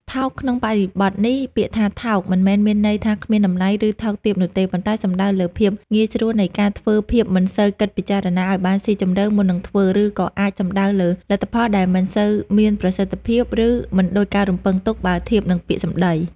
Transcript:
ថោក ក្នុងបរិបទនេះ ពាក្យថា "ថោក" មិនមែនមានន័យថាគ្មានតម្លៃ ឬថោកទាបនោះទេ ប៉ុន្តែសំដៅលើ ភាពងាយស្រួលនៃការធ្វើ ភាពមិនសូវគិតពិចារណាឱ្យបានស៊ីជម្រៅមុននឹងធ្វើ ឬក៏អាចសំដៅលើ លទ្ធផលដែលមិនសូវមានប្រសិទ្ធភាព ឬមិនដូចការរំពឹងទុកបើធៀបនឹងពាក្យសម្ដី។